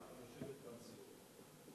את יושבת בנשיאות.